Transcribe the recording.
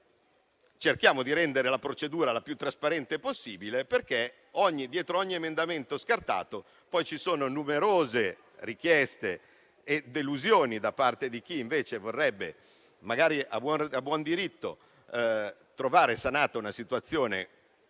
Cerchiamo di rendere tale procedura la più trasparente possibile. Dietro ogni emendamento scartato, ci sono numerose richieste e delusioni da parte di chi invece vorrebbe, magari a buon diritto, trovare sanata una situazione analoga a